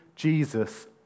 Jesus